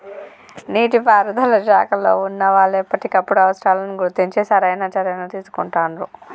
నీటి పారుదల శాఖలో వున్నా వాళ్లు ఎప్పటికప్పుడు అవసరాలను గుర్తించి సరైన చర్యలని తీసుకుంటాండ్రు